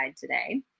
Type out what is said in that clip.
today